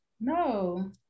No